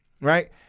Right